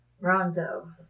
Rondo